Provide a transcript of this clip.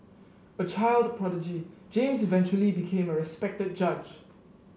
a child prodigy James eventually became a respected judge